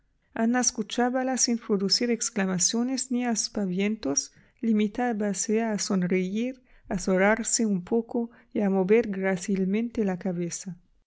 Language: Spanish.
ana escuchábala sin producir exclamaciones ni aspavientos limitábase a sonreír azorarse un poco y a mover grácilmente la cabeza